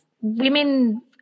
women